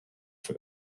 for